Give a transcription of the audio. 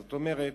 זאת אומרת,